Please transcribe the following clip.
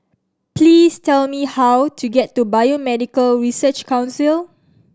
please tell me how to get to Biomedical Research Council